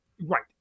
Right